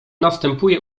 następuje